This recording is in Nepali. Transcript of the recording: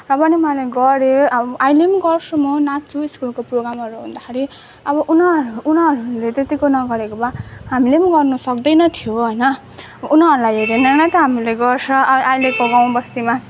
र पनि मैले गरेँ अब अहिले पनि गर्छु म नाच्छु स्कुलको प्रोगामहरू हुँदाखेरि अब उनीहरू उनीोहरूले त्यत्तिको नगरेको भए हामीले पनि गर्नु सक्दैनथ्यो होइन उनीहरूलाई हेरेर नै त हामीले गर्छ अहिलेको गाउँ बस्तीमा